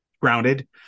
grounded